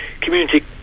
community